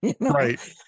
Right